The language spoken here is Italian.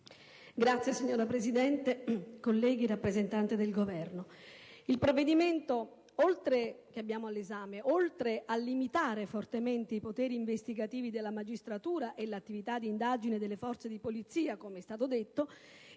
*(PD)*. Signora Presidente, colleghi, rappresentanti del Governo, il provvedimento al nostro esame oltre a limitare fortemente i poteri investigativi della magistratura e l'attività di indagine delle forze di polizia - come è stato detto